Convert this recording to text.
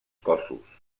cossos